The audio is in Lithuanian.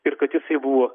ir kad jisai buvo